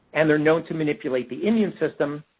and they're known to manipulate the immune system.